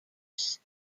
use